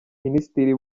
minisitiri